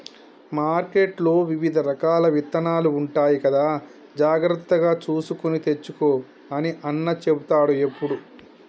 మార్కెట్లో వివిధ రకాల విత్తనాలు ఉంటాయి కదా జాగ్రత్తగా చూసుకొని తెచ్చుకో అని అన్న చెపుతాడు ఎప్పుడు